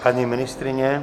Paní ministryně?